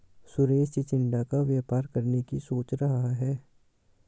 सुरेश चिचिण्डा का व्यापार करने की सोच रहा है